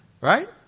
Right